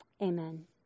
Amen